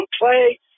play